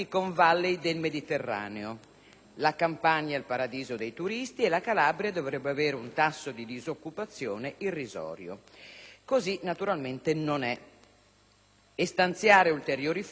la Campania il paradiso dei turisti e la Calabria dovrebbe avere un tasso di disoccupazione irrisorio. Così naturalmente non è, e stanziare ulteriori fondi non cambierà la situazione.